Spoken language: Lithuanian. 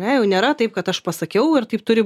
ne jau nėra taip kad aš pasakiau ir taip turi